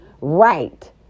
right